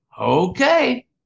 okay